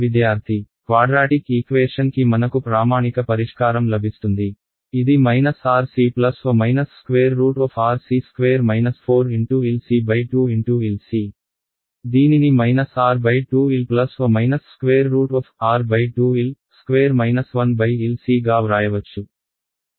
విద్యార్థి quadratic equation కి మనకు ప్రామాణిక పరిష్కారం లభిస్తుంది ఇది RC ± √RC ² 4 × LC 2 × LC దీనిని R 2 L± √R 2 L ² 1 LC గా వ్రాయవచ్చు